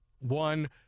One